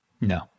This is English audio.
No